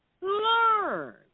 Learn